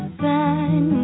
sun